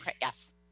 Yes